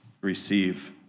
receive